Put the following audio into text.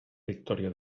victòria